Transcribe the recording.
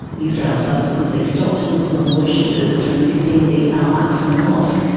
israel subsequently stopped muslim worshippers from visiting the al-aqsa mosque,